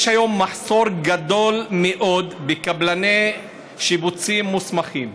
יש היום מחסור גדול מאוד בקבלני שיפוצים מוסמכים.